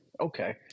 Okay